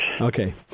Okay